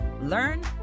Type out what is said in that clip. learn